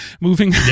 Moving